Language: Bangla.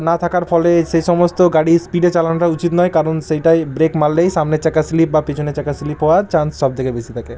না থাকার ফলে সে সমস্ত গাড়ি স্পিডে চালানোটা উচিত নয় কারণ সেটায় ব্রেক মারলেই সামনের চাকা স্লিপ বা পিছনের চাকা স্লিপ হওয়ার চান্স সব থেকে বেশি থাকে